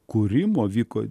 kūrimo vyko